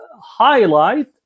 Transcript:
highlight